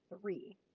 three